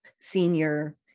senior